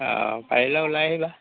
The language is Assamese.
পাৰিলে ওলাই আহিবা